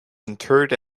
interred